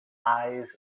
eyes